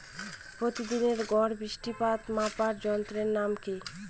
প্রতিদিনের গড় বৃষ্টিপাত মাপার যন্ত্রের নাম কি?